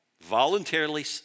Voluntarily